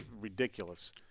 ridiculous